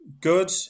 good